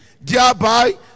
thereby